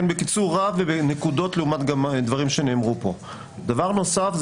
דבר נוסף,